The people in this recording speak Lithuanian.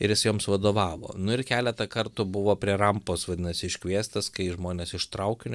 ir jis joms vadovavo nu ir keletą kartų buvo prie rampos vadinasi iškviestas kai žmonės iš traukinio